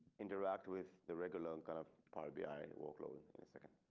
interact with the regular kind of power be. i work load in a second.